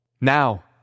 Now